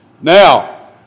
Now